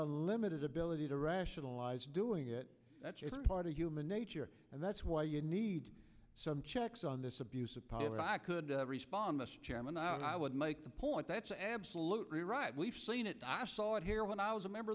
a limited ability to rationalize doing it that's part of human nature and that's why you need some checks on this abuse of power but i could respond the chairman i would make the point that's absolutely right we've seen it i saw it here when i was a member